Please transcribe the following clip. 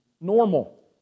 normal